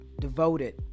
devoted